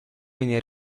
venne